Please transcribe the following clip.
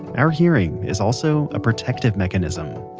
our hearing is also a protective mechanism.